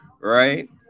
right